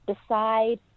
decide